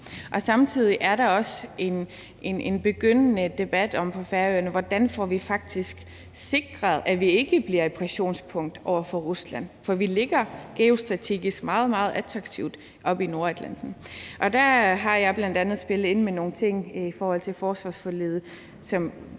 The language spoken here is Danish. og samtidig er der også en begyndende debat på Færøerne om, hvordan vi faktisk får sikret, at vi ikke bliver et pressionspunkt for Rusland, for vi ligger geostrategisk meget, meget attraktivt oppe i Nordatlanten. Der har jeg bl.a. spillet ind med nogle ting i forhold til forsvarsforliget,